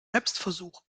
selbstversuch